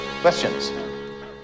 questions